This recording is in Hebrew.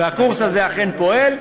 והקורס הזה אכן פועל.